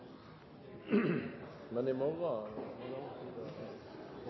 men de må være